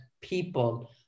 people